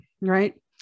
right